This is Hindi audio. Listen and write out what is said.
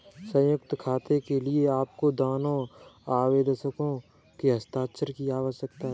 संयुक्त खाते के लिए आपको दोनों आवेदकों के हस्ताक्षर की आवश्यकता है